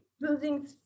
losing